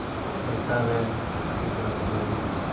ᱱᱮᱛᱟᱨ ᱨᱮᱱ ᱜᱤᱫᱽᱨᱟᱹ ᱠᱚᱫᱚ